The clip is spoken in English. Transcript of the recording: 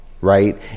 right